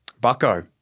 Bucko